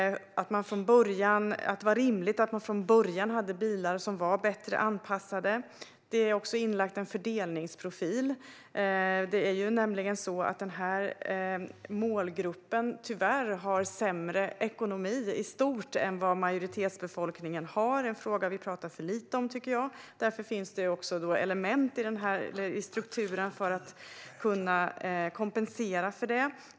Det var rimligt att man från början hade bilar som var bättre anpassade. Det är inlagt en fördelningsprofil. Denna målgrupp har tyvärr sämre ekonomi i stort än vad majoritetsbefolkningen har. Det är en fråga som jag tycker att vi pratar för lite om. Därför finns element i strukturen för att kunna kompensera för detta.